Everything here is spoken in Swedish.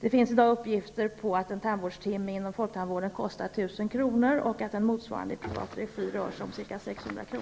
Det finns i dag uppgifter om att en tandvårdstimme inom folktandvården kostar 1 000 kr. och att motsvarande kostnad i privat regi rör sig om ca 600 kr.